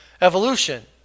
evolution